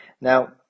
Now